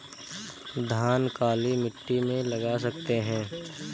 धान काली मिट्टी में लगा सकते हैं?